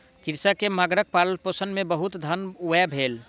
कृषक के मगरक पालनपोषण मे बहुत धन व्यय भेल